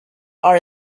are